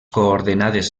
coordenades